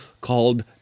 called